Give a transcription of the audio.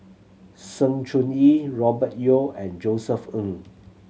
Sng Choon Yee Robert Yeo and Josef Ng